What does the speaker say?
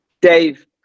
dave